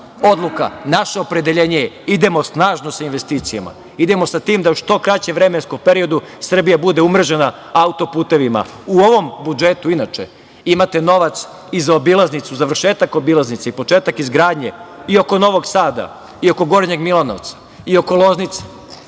odluka, naše opredeljenje je – idemo snažno sa investicijama, idemo sa tim da u što kraćem vremenskom periodu Srbija bude umrežena autoputevima.U ovom budžetu imate novac i za obilaznicu, završetak obilaznice i početak izgradnje i oko Novog Sada i oko Gornjeg Milanovca i oko Loznice,